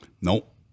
Nope